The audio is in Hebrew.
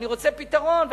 אני רוצה פתרון,